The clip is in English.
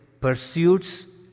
pursuits